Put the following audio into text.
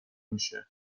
میشه